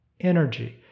energy